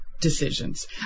decisions